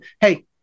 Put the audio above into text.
hey